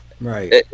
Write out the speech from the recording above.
right